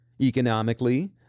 Economically